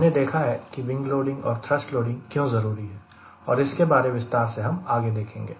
हमने देखा है कि विंग लोडिंग और थ्रस्ट लोडिंग क्यों जरूरी है और इसके बारे विस्तार से हम आगे देखेंगे